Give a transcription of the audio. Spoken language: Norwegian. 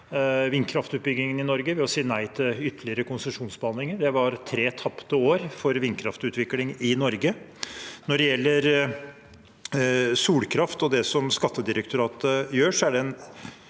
vindkraftutbyggingen i Norge ved å si nei til ytterligere konsesjonsbehandlinger. Det var tre tapte år for vindkraftutvikling i Norge. Når det gjelder solkraft og det som Skattedirektoratet gjør, er det